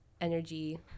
energy